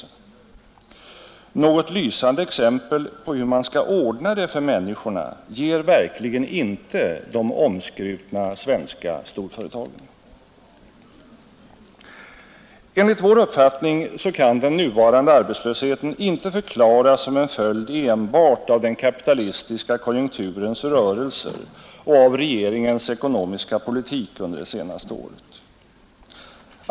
Något lysande exempel på hur man skall ordna det för människorna ger verkligen inte de omskrutna svenska storföretagen. Enligt vår uppfattning kan den nuvarande arbetslösheten inte förklaras som en följd enbart av den kapitalistiska konjunkturens rörelser och av regeringens ekonomiska politik under det senaste äret.